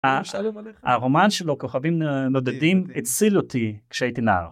הרומן שלו כוכבים נודדים הציל אותי כשהייתי נער.